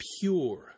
pure